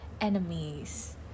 enemies